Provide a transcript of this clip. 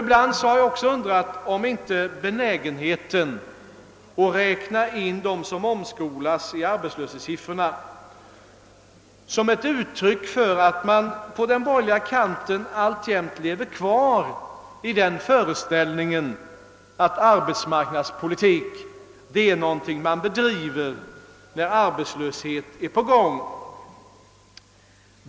Ibland har jag också undrat om inte benägenheten att räkna in dem som omskolas i arbetslöshetssiffrorna är ett uttryck för att man på den borgerliga kanten alltjämt lever kvar i den föreställningen, att arbetsmarknadspolitik är någonting som man bedriver när arbetslöshet står för dörren.